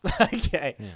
Okay